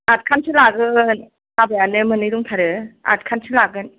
आथ खानसो लागोन हाबायानो मोननै दंथारो आथ खानसो लागोन